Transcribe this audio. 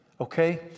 okay